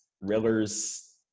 Riller's